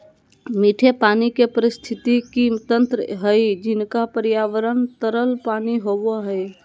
मीठे पानी के पारिस्थितिकी तंत्र हइ जिनका पर्यावरण तरल पानी होबो हइ